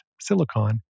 silicon